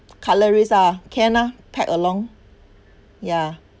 cutleries ah can ah pack along ya